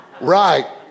Right